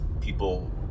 people